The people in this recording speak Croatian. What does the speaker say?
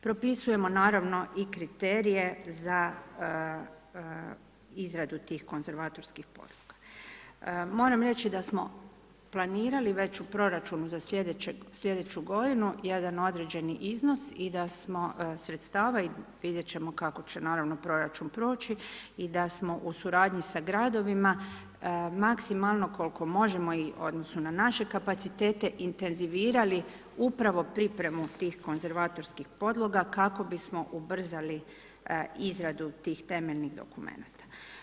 Propisujemo naravno i kriterije za izradu tih konzervatorskih … Moram reći da smo planirali već u proračunu za sljedeću g. jedan određeni iznos i da smo sredstava i vidjeti ćemo kako će naravno proračun proći i da smo u suradnji s gradovima, maksimalno koliko možemo u odnosu na naše kapacitete intenzivirali upravo pripremu tih konzervatorskih podloga, kako bismo ubrzali izradu tih temeljnih dokumenata.